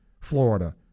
florida